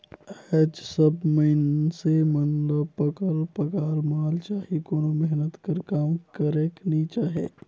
आएज सब मइनसे मन ल पकल पकाल माल चाही कोनो मेहनत कर काम करेक नी चाहे